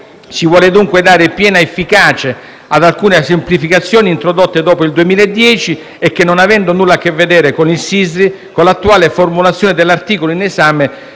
si vuole, dunque, dare piena efficacia ad alcune semplificazioni introdotte dopo il 2010 e che, pur non avendo nulla a che vedere con il Sistri, con l'attuale formulazione dell'articolo in esame